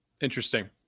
Interesting